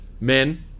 men